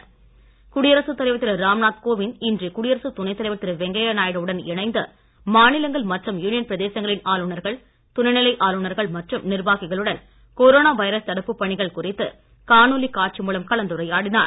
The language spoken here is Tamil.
ராம்நாத் குடியரசு தலைவர் திரு ராம் நாத் கோவிந்த் இன்று குடியரசு துணைத் தலைவர் திரு வெங்கைய நாயுடு உடன் இணைந்து மாநிலங்கள் மற்றும் யூனியன் பிரதேசங்களின் ஆளுநர்கள் துணை நிலை ஆளுநர்கள் மற்றும் நிர்வாகிகளுடன் கொரோனா வைரஸ் தடுப்பு பணிகள் குறித்து காணொலி காட்சி மூலம் கலந்துரையாடினார்